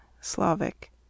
Slavic